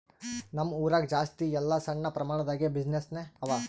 ನಮ್ ಊರಾಗ ಜಾಸ್ತಿ ಎಲ್ಲಾ ಸಣ್ಣ ಪ್ರಮಾಣ ದಾಗೆ ಬಿಸಿನ್ನೆಸ್ಸೇ ಅವಾ